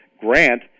Grant